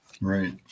Right